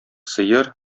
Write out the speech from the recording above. сыер